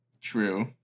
True